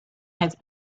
has